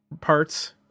parts